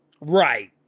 right